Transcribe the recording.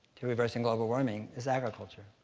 to reversing global warming is agriculture.